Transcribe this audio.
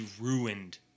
ruined